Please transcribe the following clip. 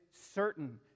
certain